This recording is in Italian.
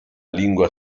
lingua